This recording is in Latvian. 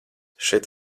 šeit